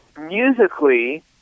musically